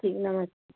ठीक है नमस्ते